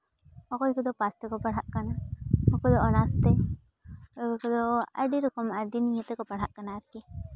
ᱚᱠᱚᱭ ᱠᱚᱫᱚ ᱯᱟᱥ ᱛᱮᱠᱚ ᱯᱟᱲᱦᱟᱜ ᱠᱟᱱᱟ ᱚᱠᱚᱭ ᱫᱚ ᱚᱱᱟᱨᱥ ᱛᱮ ᱚᱠᱚᱭ ᱠᱚᱫᱚ ᱟᱹᱰᱤ ᱨᱚᱠᱚᱢ ᱟᱹᱰᱤ ᱱᱤᱭᱮ ᱛᱮᱠᱚ ᱯᱟᱲᱦᱟᱜ ᱠᱟᱱᱟ ᱟᱨᱠᱤ